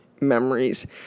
memories